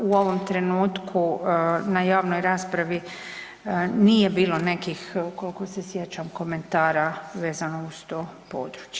U ovom trenutku na javnoj raspravi nije bilo nekih koliko se sjećam komentara vezano uz to područje.